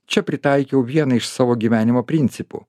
čia pritaikiau vieną iš savo gyvenimo principų